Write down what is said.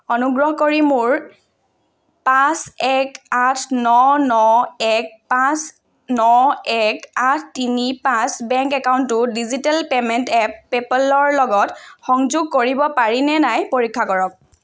অনুগ্ৰহ কৰি মোৰ পাঁচ এক আঠ ন ন এক পাঁচ ন এক আঠ তিনি পাঁচ বেংক একাউণ্টটো ডিজিটেল পে'মেণ্ট এপ পে'পলৰ লগত সংযোগ কৰিব পাৰিনে নাই পৰীক্ষা কৰক